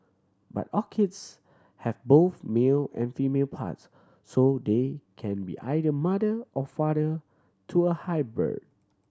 but orchids have both male and female parts so they can be either mother or father to a hybrid